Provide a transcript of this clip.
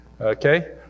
okay